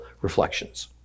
reflections